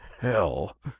hell